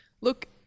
look